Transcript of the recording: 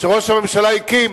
שראש הממשלה הקים